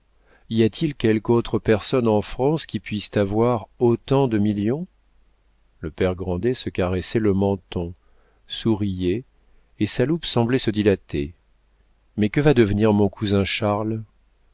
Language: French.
y a-t-il quelque autre personne en france qui puisse avoir autant de millions le père grandet se caressait le menton souriait et sa loupe semblait se dilater mais que va devenir mon cousin charles